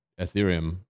ethereum